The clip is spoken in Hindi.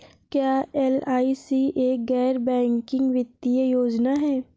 क्या एल.आई.सी एक गैर बैंकिंग वित्तीय योजना है?